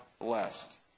blessed